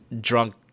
drunk